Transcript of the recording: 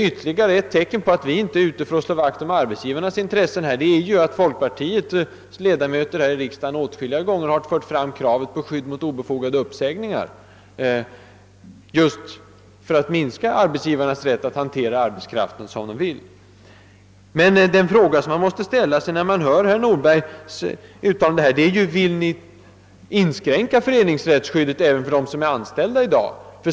Ytterligare ett bevis för att vår avsikt inte är att företräda arbetsgivarnas intressen, är att liberala riksdagsledamöter åtskilliga gånger har fört fram krav på skydd mot obefogade uppsägningar, just för att minska arbetsgivarnas möjligheter att hantera arbetskraften som de vill. Den fråga man måste ställa när man hör herr Nordbergs uttalande är: Vill Ni inskränka föreningsrättsskyddet även för dem som är anställda i dag?